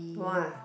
!wah!